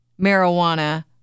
marijuana